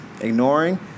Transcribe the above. Ignoring